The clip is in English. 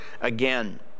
again